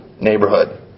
neighborhood